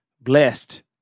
blessed